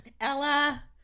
Ella